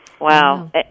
Wow